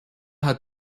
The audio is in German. hat